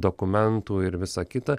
dokumentų ir visa kita